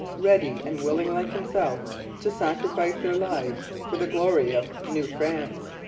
ready and willing like himself to sacrifice their lives for the glory of new france.